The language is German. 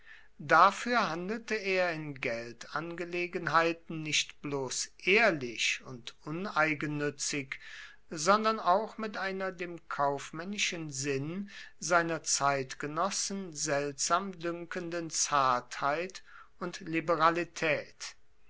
dafür handelte er in geldangelegenheiten nicht bloß ehrlich und uneigennützig sondern auch mit einer dem kaufmännischen sinn seiner zeitgenossen seltsam dünkenden zartheit und liberalität